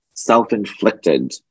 self-inflicted